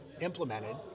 implemented